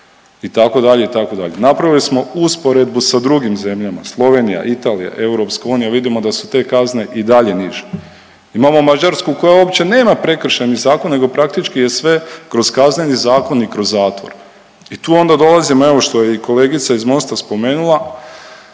6 000 eura, itd., itd. Napravili smo usporedbu sa drugim zemljama, Slovenija, Italija, EU, vidimo da su te kazne i dalje niže. Imamo Mađarsku koja uopće nema prekršajni zakon nego praktički je sve kroz kazneni zakon i kroz zatvor i tu onda dolazimo evo, što je i kolegica iz Mosta spomenula